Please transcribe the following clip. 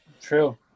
True